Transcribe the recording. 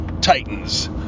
Titans